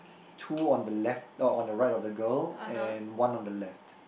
two on the left oh on the right of the girl and one on the left